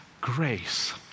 grace